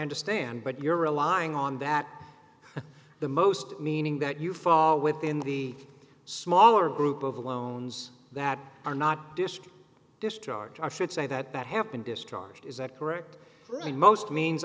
understand but you're a lying on that the most meaning that you fall within the smaller group of loans that are not dished discharge i should say that that happened discharged is that correct and most means